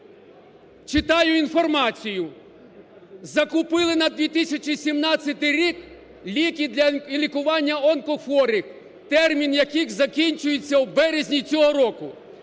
Читаю інформацію. Закупили на 2017 рік ліки для лікування онкохворих, термін яких закінчується у березні цього року.